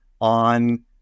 on